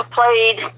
played